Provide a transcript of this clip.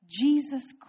Jesus